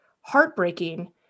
heartbreaking